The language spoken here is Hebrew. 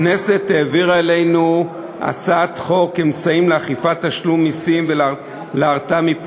הכנסת העבירה אלינו הצעת חוק להעמקת גביית המסים והגברת האכיפה